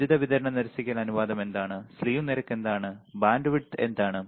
വൈദ്യുതി വിതരണ നിരസിക്കൽ അനുപാതം എന്താണ് സ്ലീവ് നിരക്ക് എന്താണ് ബാൻഡ്വിഡ്ത്ത് എന്താണ്